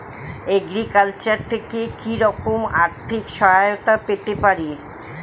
Agriculture থেকে কি রকম আর্থিক সহায়তা পেতে পারি?